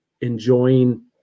enjoying